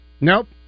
Nope